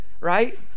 right